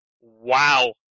wow